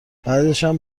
بعدشم